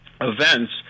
events